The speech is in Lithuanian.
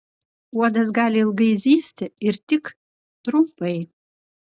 uodas gali ilgai zyzti ir tik trumpai